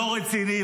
לא רציני,